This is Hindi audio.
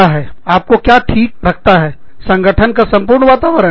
आपको क्या ठीक रखता है संगठन का संपूर्ण वातावरण